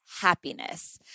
happiness